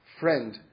friend